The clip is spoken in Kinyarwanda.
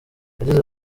yagize